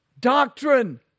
Doctrine